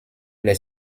les